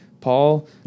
Paul